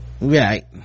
Right